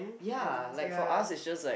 ya like for us it's just like